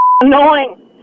annoying